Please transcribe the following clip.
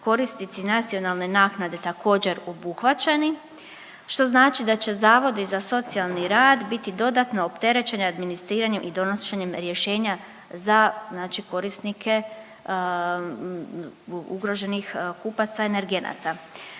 korisnici nacionalne naknade također obuhvaćeni što znači da će Zavodi za socijalni rad biti dodatno opterećeni administriranjem i donošenjem rješenja za, znači korisnike ugroženih kupaca energenata.